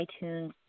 iTunes